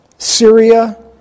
Syria